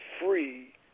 free